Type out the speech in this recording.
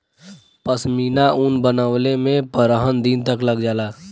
पश्मीना ऊन बनवले में पनरह दिन तक लग जाला